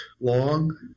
long